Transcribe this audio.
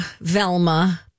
Velma